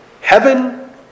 Heaven